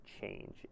change